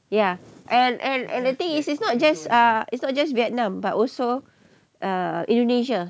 ya and and and the thing is is not just uh it's not just vietnam but also uh indonesia